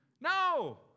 No